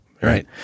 right